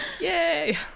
yay